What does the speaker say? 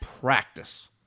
practice